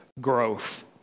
growth